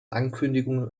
ankündigungen